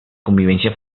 convivencia